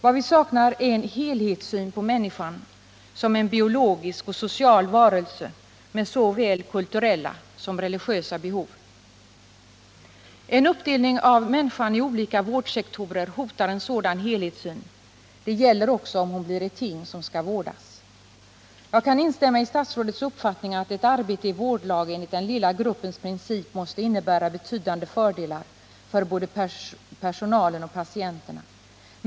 Vad vi saknar är en helhetssyn på människan som biologisk och social varelse med såväl kulturella som religiösa behov. En uppdelning av människan i olika vårdsektorer hotar en sådan helhetssyn. Det gäller också om hon blir ett ting som skall vårdas. Jag kan instämma i statsrådets uppfattning att ett arbete i vårdlag enligt den lilla gruppens princip måste innebära betydande fördelar för både personalen och patienterna.